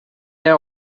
our